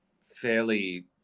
fairly